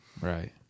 Right